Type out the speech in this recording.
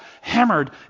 hammered